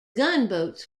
gunboats